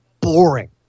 boring